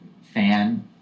fan